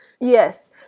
Yes